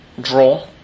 draw